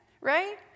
right